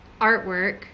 artwork